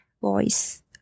voice